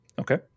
Okay